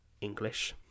English